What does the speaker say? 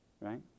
right